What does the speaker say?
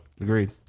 agreed